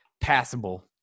passable